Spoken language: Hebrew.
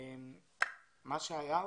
ביטלתי